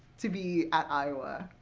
to be at iowa.